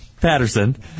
Patterson